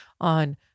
on